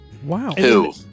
Wow